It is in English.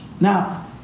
Now